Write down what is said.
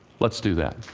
let's do that.